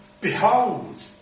Behold